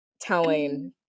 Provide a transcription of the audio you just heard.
telling